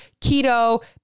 keto